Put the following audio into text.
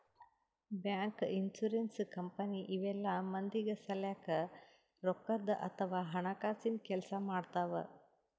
bank, insurance company ಇವೆಲ್ಲ ಮಂದಿಗ್ ಸಲ್ಯಾಕ್ ರೊಕ್ಕದ್ ಅಥವಾ ಹಣಕಾಸಿನ್ ಕೆಲ್ಸ್ ಮಾಡ್ತವ್